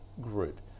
Group